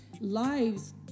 lives